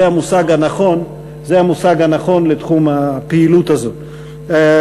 זה המושג הנכון לתחום הפעילות הזה.